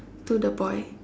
to the boy